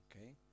Okay